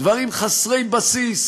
דברים חסרי בסיס,